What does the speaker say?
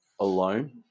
alone